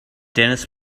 dennis